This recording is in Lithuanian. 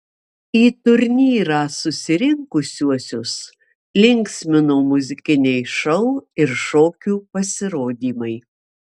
į turnyrą susirinkusiuosius linksmino muzikiniai šou ir šokių pasirodymai